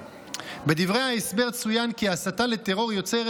בדברי ההסבר צוין כי הסתה לטרור יוצרת